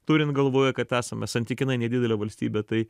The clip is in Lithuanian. turint galvoje kad esame santykinai nedidelė valstybė tai